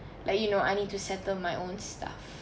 like you know I need to settle my own stuff